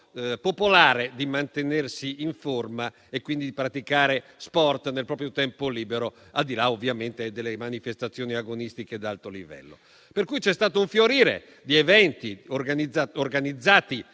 popolare di mantenersi in forma e quindi di praticare sport nel proprio tempo libero, al di là, ovviamente, delle manifestazioni agonistiche di alto livello. Per questo, c'è stato un fiorire di eventi organizzati